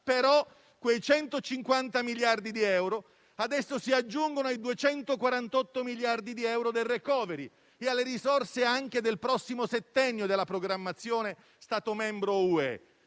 A quei 150 miliardi di euro adesso si aggiungono i 248 miliardi di euro del *recovery plan* e le risorse del prossimo settennio della programmazione, come Stato membro